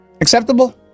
Acceptable